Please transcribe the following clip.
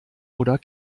oder